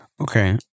Okay